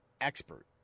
expert